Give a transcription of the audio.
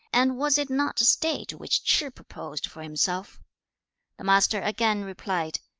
and was it not a state which ch'ih proposed for himself the master again replied,